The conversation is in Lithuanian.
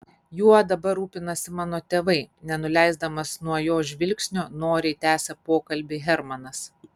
juo dabar rūpinasi mano tėvai nenuleisdamas nuo jos žvilgsnio noriai tęsė pokalbį hermanas